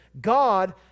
God